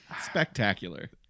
spectacular